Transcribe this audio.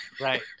Right